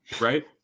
right